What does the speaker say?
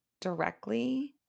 directly